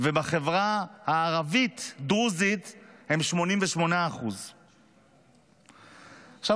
ובחברה הערבית דרוזית הם 88%. עכשיו,